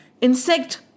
insect